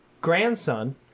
grandson